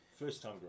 First-time